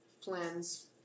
plans